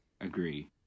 Agree